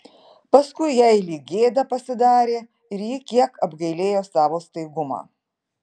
paskui jai lyg gėda pasidarė ir ji kiek apgailėjo savo staigumą